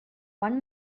one